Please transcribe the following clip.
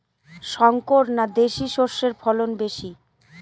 শংকর না দেশি সরষের ফলন বেশী?